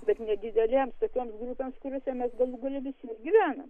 bet nedidelėms tokioms grupėms kuriose mes galų gale visi gyvenam